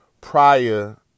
prior